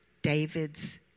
David's